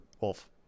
Wolf